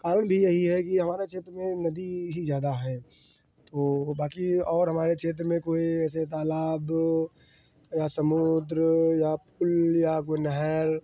कारण भी यही है कि हमारा क्षेत्र में नदी ही ज़्यादा है तो बाकी और हमारे क्षेत्र में कोई ऐसे तालाब या समुद्र या फिर या फिर कोई नहर